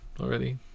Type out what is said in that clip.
already